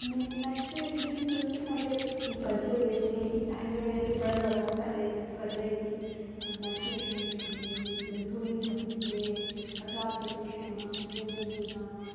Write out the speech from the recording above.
menstruation दा इत्थै साढ़े कलचर बिच एह् हा कि पैह्लें ते बड़ा जैदा करदे हे कि मैन्सुरेशन बिच कुड़ियें गी रसोई नेईं जान दिंदे हे आचार कन्नै नेईं छोह्ना पूजा रुम नेईं जाना